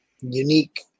unique